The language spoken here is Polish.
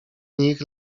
nich